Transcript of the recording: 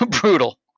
brutal